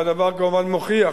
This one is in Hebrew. והדבר כמובן מוכיח